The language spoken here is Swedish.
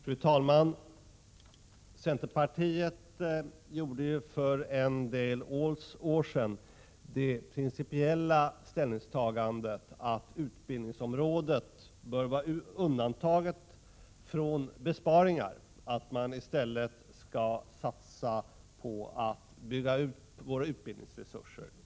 Fru talman! Centerpartiet gjorde ju för en del år sedan det principiella ställningstagandet att utbildningsområdet bör vara undantaget från besparingar och att man i stället långsiktigt skall satsa på att bygga ut våra utbildningsresurser.